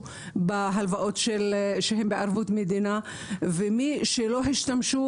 בהלוואות שהן בערבות מדינה ומי שלא השתמשו,